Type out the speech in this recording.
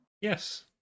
Yes